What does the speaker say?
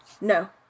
no